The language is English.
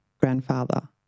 grandfather